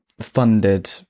funded